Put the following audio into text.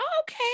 okay